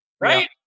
right